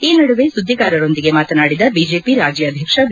ಈ ನಡುವೆ ಸುದ್ದಿಗಾರರೊಂದಿಗೆ ಮಾತನಾಡಿದ ಬಿಜೆಪಿ ರಾಜ್ಗಾಧ್ಯಕ್ಷ ಬಿ